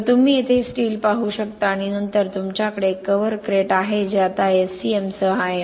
तर तुम्ही येथे स्टील पाहू शकता आणि नंतर तुमच्याकडे एक कव्हर क्रेट आहे जे आता SCM सह आहे